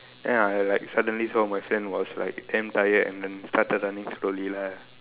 then I like suddenly saw my friend was like damn tired and then started running slowly lah